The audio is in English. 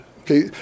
okay